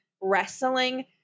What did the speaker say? wrestling